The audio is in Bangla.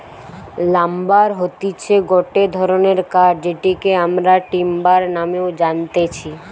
লাম্বার হতিছে গটে ধরণের কাঠ যেটিকে আমরা টিম্বার নামেও জানতেছি